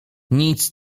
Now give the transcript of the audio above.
nic